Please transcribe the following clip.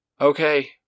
Okay